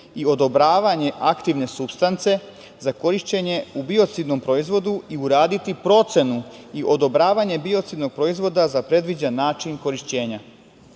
i odobravanje aktivne supstance za korišćenje u biocidnom proizvodu i uraditi procenu i odobravanje biocidnog proizvoda za predviđen način korišćenja. Predlogom